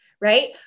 Right